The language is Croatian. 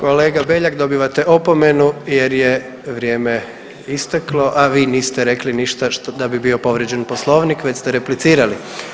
Kolega Beljak, dobivate opomenu jer je vrijeme isteklo, a vi niste rekli ništa da bi bio povrijeđen Poslovnik, već ste replicirali.